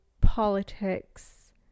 politics